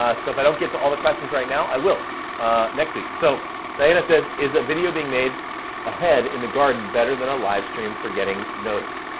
ah so if i don't get all the questions right now, i will next week. so diana says, is a video being made ahead in the garden better than a live stream for getting noticed?